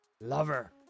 lover